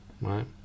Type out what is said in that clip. right